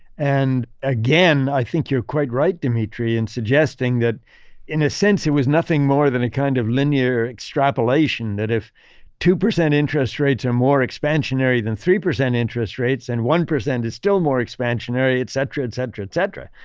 and again, i think you're quite right, demetri in suggesting that in a sense it was nothing more than a kind of linear extrapolation, that if two percent interest rates are more expansionary than three percent interest rates, and one percent is still more expansionary, et cetera, et cetera, et cetera.